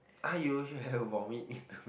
ah you you have vomit in